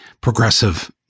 progressive